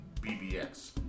BBS